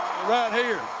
right here.